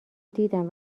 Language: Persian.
دیدم